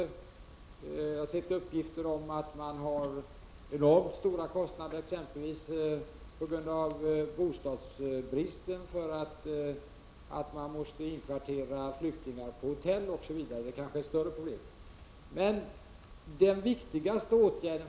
Jag har sett uppgifter om att man har enormt stora kostnader, exempelvis på grund av bostadsbristen, för att man måste inkvartera flyktingar på hotell osv. Det kanske är ett större problem.